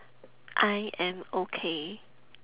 I am okay